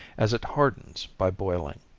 as it hardens by boiling.